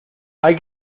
hay